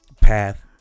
path